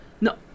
No